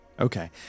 Okay